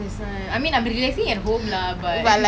that's why I mean I've been relaxing at home lah but